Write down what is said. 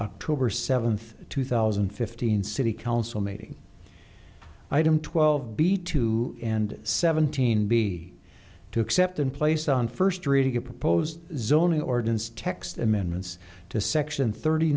october seventh two thousand and fifteen city council meeting item twelve b two and seventeen b to accept and place on first reading a proposed zoning ordinance text amendments to section thirty